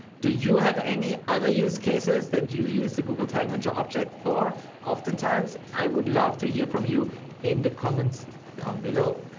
do you have any other use cases that you use the google tag manager option for oftentimes? i would love to hear from you in the comments down below.